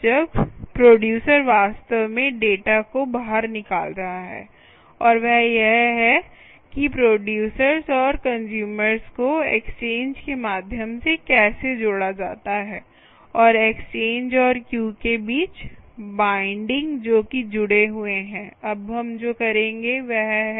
जब प्रोडयूसर वास्तव में डेटा को बाहर निकाल रहा है और वह यह है कि प्रोडयूसरस और कंस्यूमरस को एक्सचेंज के माध्यम से कैसे जोड़ा जाता है और एक्सचेंज और क्यू के बीच बाईंडिंग जो कि जुड़े हुए हैं अब हम जो करेंगे वह है